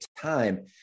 time